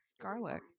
Garlic